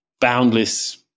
boundless